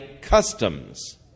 customs